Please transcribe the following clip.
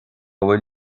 bhfuil